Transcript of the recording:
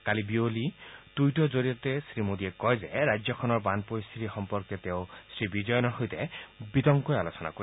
কালি বিয়লি এটা টুইটৰ জৰিয়তে শ্ৰীমোডীয়ে কয় যে ৰাজ্যখনৰ বান পৰিস্থিতি সম্পৰ্কে শ্ৰী বিজয়নৰ সৈতে বিতংকৈ আলোচনা কৰে